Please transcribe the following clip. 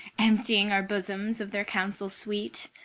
emptying our bosoms of their counsel sweet,